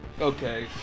Okay